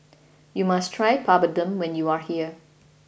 you must try Papadum when you are here